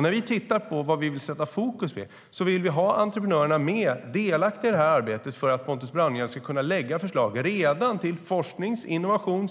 När vi tittar på vad vi vill sätta fokus på vill vi ha entreprenörerna med och delaktiga i arbetet för att Pontus Braunerhjelm ska kunna lägga fram förslag redan till propositionen om forskning, innovation